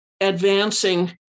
advancing